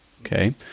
okay